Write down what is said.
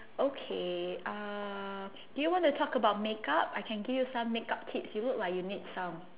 okay uh do you want to talk about makeup I can give you some makeup tips you look like you need some